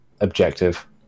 objective